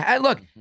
Look